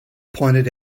pointed